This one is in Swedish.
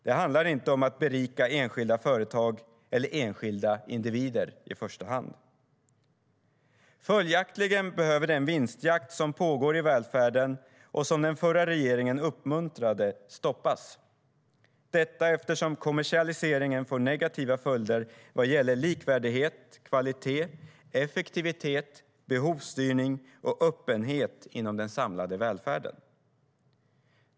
Det handlar inte i första hand om att berika enskilda företag eller enskilda individer. Följaktligen behöver den vinstjakt som pågår i välfärden och som den förra regeringen uppmuntrade stoppas - detta eftersom kommersialiseringen får negativa följder vad gäller likvärdighet, kvalitet, effektivitet, behovsstyrning och öppenhet inom den samlade välfärden.